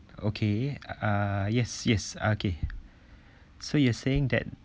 okay uh yes yes okay so you're saying that